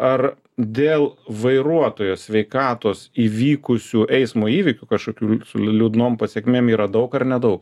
ar dėl vairuotojo sveikatos įvykusių eismo įvykių kažkokių su liū liūdnom pasekmėm yra daug ar nedaug